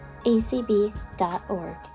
acb.org